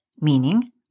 meaning